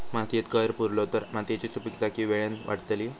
मातयेत कैर पुरलो तर मातयेची सुपीकता की वेळेन वाडतली?